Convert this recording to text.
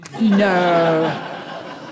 No